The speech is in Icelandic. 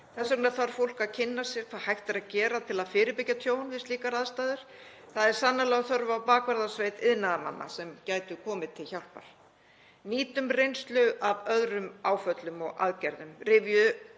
Þess vegna þarf fólk að kynna sér hvað hægt er að gera til að fyrirbyggja tjón við slíkar aðstæður. Það er sannarlega þörf á bakvarðasveit iðnaðarmanna sem gætu komið til hjálpar. Nýtum reynslu af öðrum áföllum og aðgerðum.